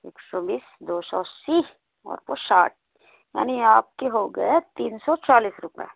एक सौ बीस दो सौ अस्सी और तो साठ यानी आपके हो गए तीन सौ चालीस रूपये